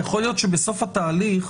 יכול להיות שבסוף התהליך